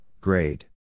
grade